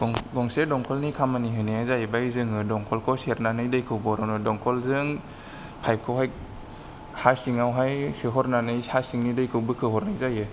गंसे दंखलनि खामानि होनाया जाहैबाय जोङो दंखलखौ सेरनानै दैखौ बर'नो दंखलजों पाइपखौहाय हा सिंआवहाय सोहरनानै हा सिंनि दैखौ बोखोहरनाय जायो